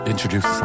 Introduce